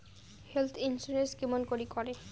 Health insurance কেমন করি করে?